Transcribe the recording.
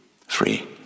Free